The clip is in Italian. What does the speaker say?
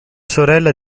sorella